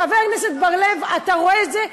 חבר הכנסת בר-לב, אתה רואה את זה.